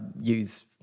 use